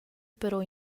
però